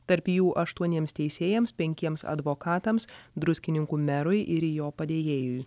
tarp jų aštuoniems teisėjams penkiems advokatams druskininkų merui ir jo padėjėjui